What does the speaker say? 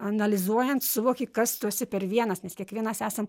analizuojant suvoki kas tu esi per vienas nes kiekvienas esam